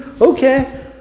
Okay